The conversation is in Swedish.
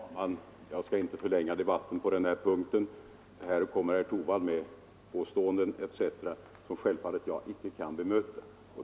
Herr talman! Jag skall inte förlänga debatten. Herr Torwald kommer med påståenden etc. som jag självfallet inte kan bemöta.